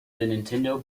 nintendo